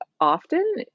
often